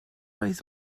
oedd